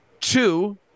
two